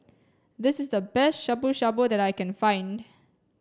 this is the best Shabu Shabu that I can find